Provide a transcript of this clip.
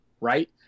right